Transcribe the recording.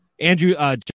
Andrew